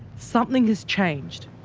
something has changed.